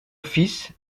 fils